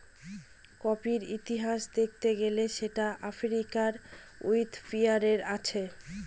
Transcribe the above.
কফির ইতিহাস দেখতে গেলে সেটা আফ্রিকার ইথিওপিয়াতে আছে